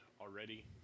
already